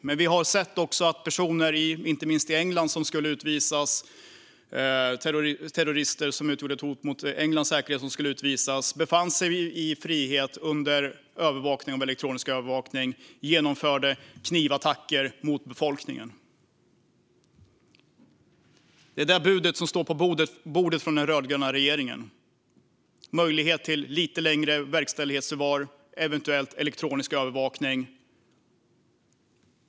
Men vi har också sett att personer som skulle utvisas - terrorister - inte minst i England och som utgjorde ett hot mot Englands säkerhet och befann sig i frihet under övervakning med elektronisk övervakning genomförde knivattacker mot befolkningen. Det bud som finns på bordet från den rödgröna regeringen handlar om en möjlighet till lite längre verkställighetsförvar och eventuellt elektronisk övervakning.